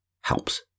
helps